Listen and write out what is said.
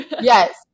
Yes